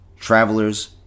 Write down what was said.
Travelers